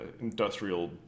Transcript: Industrial